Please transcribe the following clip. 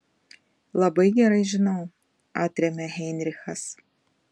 labai gerai žinau atrėmė heinrichas